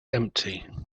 empty